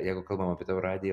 jeigu kalbam apie tavo radijo